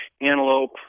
antelope